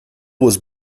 was